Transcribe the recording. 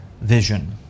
vision